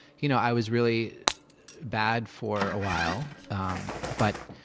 you know i was really bad for a while um but,